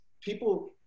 people